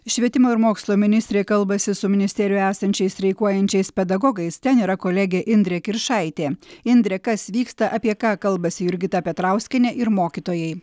švietimo ir mokslo ministrė kalbasi su ministerijoje esančiais streikuojančiais pedagogais ten yra kolegė indrė kiršaitė indre kas vyksta apie ką kalbasi jurgita petrauskienė ir mokytojai